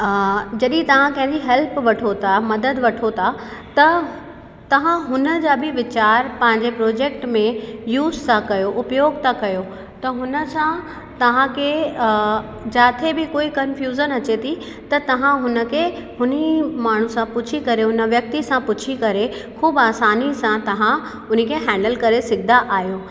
जॾहिं तव्हां कंहिंजी हैल्प वठो था मदद वठो था त तव्हां हुन जा बि वीचारु पंहिंजे प्रोजेक्ट में यूज़ था कयो उपयोग त कयो त हुन सां तव्हां खे जिथे बि कोई कन्फ्यूज़न अचे थी त तव्हां हुन खे हुन माण्हुनि सां पुछी करे हुन व्यक्ति सां पुछी करे ख़ूब आसानी सां तव्हां उन्हीअ खे हैंडल करे सघंदा आहियो